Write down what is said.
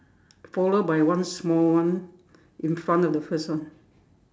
followed by one small one in front of the first one